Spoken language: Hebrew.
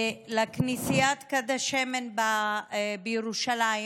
לכנסיית גת שמנים בירושלים,